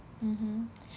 mmhmm